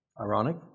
ironic